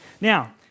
Now